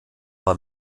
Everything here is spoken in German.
war